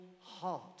heart